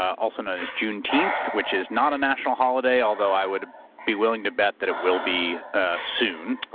also known as juneteenth, which is not a national holiday, although i would be willing to bet that it will be ah soon,